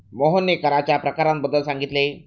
मोहनने कराच्या प्रकारांबद्दल सांगितले